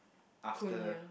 after